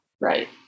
Right